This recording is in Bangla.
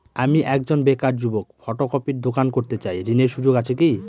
আমি একজন বেকার যুবক ফটোকপির দোকান করতে চাই ঋণের সুযোগ আছে কি?